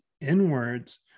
inwards